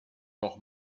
noch